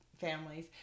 families